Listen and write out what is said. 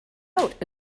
out